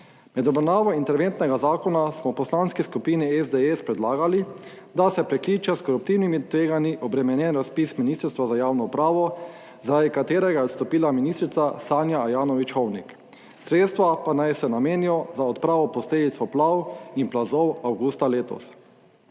Med obravnavo interventnega zakona smo v Poslanski skupini SDS predlagali, da se prekliče s koruptivnimi tveganji obremenjen razpis Ministrstva za javno upravo, zaradi katerega je odstopila ministrica Sanja Ajanović Hovnik. Sredstva pa naj se namenijo za odpravo posledic poplav in plazov avgusta letos.